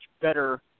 better